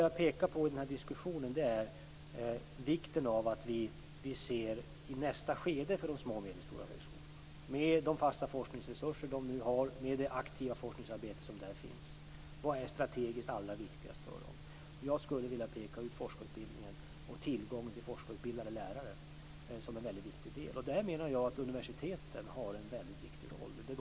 Jag har i den här diskussionen velat peka på vikten av att vi i nästa skede, med de fasta forskningsresurser som de små och medelstora högskolorna nu har och med det aktiva forskningsarbete som där finns, ser vad som strategiskt är allra viktigast för dem. Jag skulle vilja peka ut forskarutbildningen och tillgången till forskarutbildade lärare som en viktig del. Där menar jag att universiteten har en viktig roll.